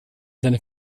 seine